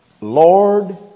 Lord